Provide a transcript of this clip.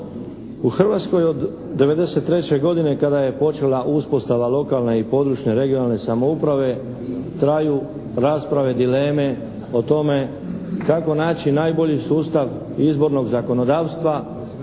U Hrvatskoj od 1993. godine kada je počela uspostava lokalne i područne, regionalne samouprave traju rasprave, dileme o tome kako naći najbolji sustav izbornog zakonodavstva,